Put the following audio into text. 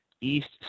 East